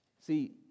See